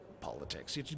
politics